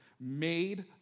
made